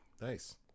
Nice